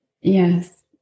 Yes